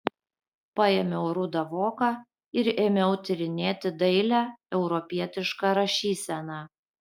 paėmiau rudą voką ir ėmiau tyrinėti dailią europietišką rašyseną